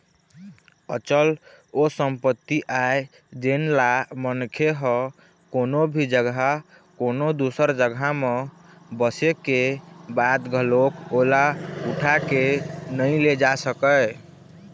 अचल ओ संपत्ति आय जेनला मनखे ह कोनो भी जघा कोनो दूसर जघा म बसे के बाद घलोक ओला उठा के नइ ले जा सकय